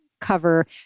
Cover